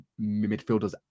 midfielders